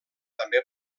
també